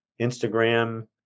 Instagram